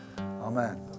amen